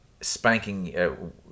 Spanking